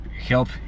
help